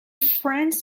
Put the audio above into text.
friends